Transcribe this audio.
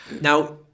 Now